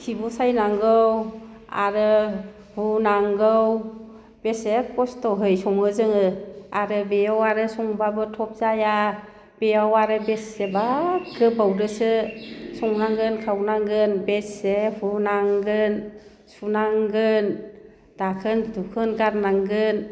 खिबु सायनांगौ आरो हुनांगौ बेसे खस्थ'यै सङो जोङो आरो बेयाव आरो संब्लाबो थब जाया बेयाव आरो बेसेबा गोबावदोसो संनांगोन खावनांगोन बेसे हुनांगोन सुनांगोन दाखोन दुखोन गारनांगोन